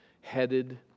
headed